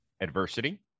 Adversity